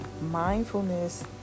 mindfulness